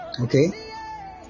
Okay